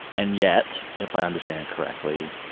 and yet, if i understand correctly,